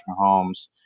Mahomes